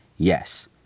Yes